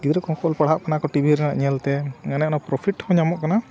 ᱜᱤᱫᱽᱨᱟ ᱠᱚ ᱚᱞᱼᱯᱟᱲᱦᱟᱜ ᱠᱟᱱᱟ ᱠᱚ ᱴᱤᱵᱷᱤ ᱨᱮᱱᱟᱜ ᱧᱮᱞᱛᱮ ᱚᱱᱮ ᱚᱱᱟ ᱯᱨᱚᱯᱷᱤᱴ ᱦᱚᱸ ᱧᱟᱢᱚᱜ ᱠᱟᱱᱟ